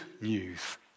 news